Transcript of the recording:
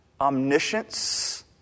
omniscience